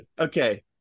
Okay